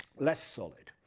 less solid.